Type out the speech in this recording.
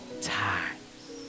times